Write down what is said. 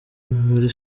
muri